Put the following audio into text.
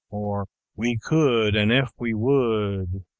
or we could, an if we would,